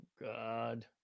god